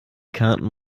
karten